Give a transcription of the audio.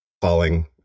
falling